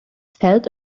felt